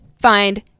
find